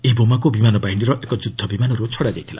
ଏହି ବୋମାକୁ ବିମାନ ବାହିନୀର ଏକ ଯୁଦ୍ଧବିମାନରୁ ଛଡ଼ାଯାଇଥିଲା